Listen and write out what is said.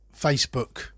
Facebook